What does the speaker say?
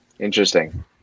Interesting